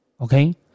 okay